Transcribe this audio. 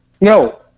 No